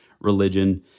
religion